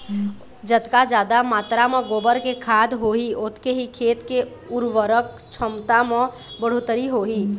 जतका जादा मातरा म गोबर के खाद होही ओतके ही खेत के उरवरक छमता म बड़होत्तरी होही